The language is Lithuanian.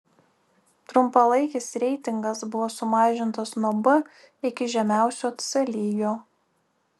trumpalaikis reitingas buvo sumažintas nuo b iki žemiausio c lygio